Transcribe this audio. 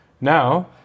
Now